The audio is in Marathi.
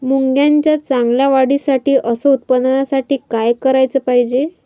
मुंगाच्या चांगल्या वाढीसाठी अस उत्पन्नासाठी का कराच पायजे?